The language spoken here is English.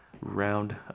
round